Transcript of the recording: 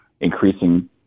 increasing